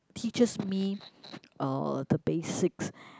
teaches me uh the basics